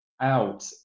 out